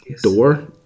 door